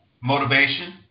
motivation